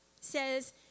says